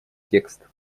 текст